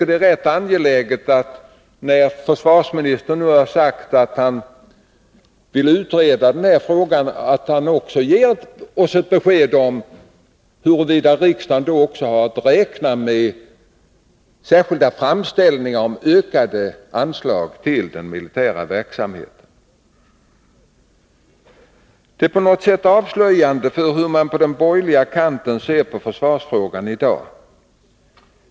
Det är angeläget att försvarsministern — när han nu sagt att han vill utreda den här frågan — också ger oss ett besked om huruvida riksdagen då har att räkna med särskilda framställningar om ökade anslag till den militära verksamheten. Detta är på något sätt avslöjande för hur man på den borgerliga sidan ser på försvarsfrågan i dag.